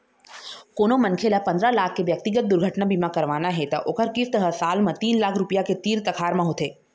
कोनो मनखे ल पंदरा लाख के ब्यक्तिगत दुरघटना बीमा करवाना हे त ओखर किस्त ह साल म तीन लाख रूपिया के तीर तखार म होथे